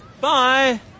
Bye